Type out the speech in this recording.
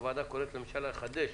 הוועדה קוראת לממשלה לחדש,